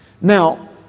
Now